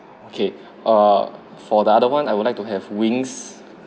okay err for the other [one] I would like to have wings